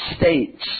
states